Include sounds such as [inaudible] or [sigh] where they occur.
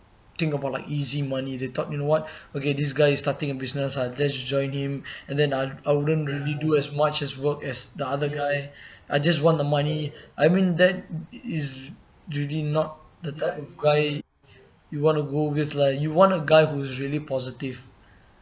think about like easy money they taught you know what okay this guy is starting a business I'll just join him and then I I wouldn't really do as much as work as the other guy [breath] I just want the money I mean that is really not the type of guy you want to go with lah you want a guy who's really positive